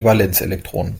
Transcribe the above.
valenzelektronen